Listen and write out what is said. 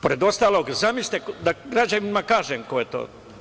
Pored ostalog, zamislite, da građanima kažem ko je to.